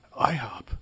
IHOP